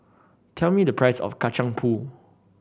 tell me the price of Kacang Pool